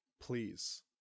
Please